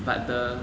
but the